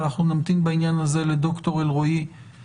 אבל אנחנו נמתין בעניין הזה לד"ר אלרעי-פרייס